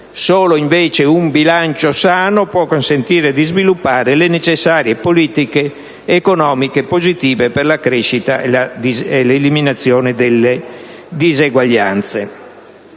solo un bilancio sano può consentire di sviluppare le necessarie politiche economiche positive per la crescita e l'eliminazione delle diseguaglianze.